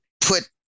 put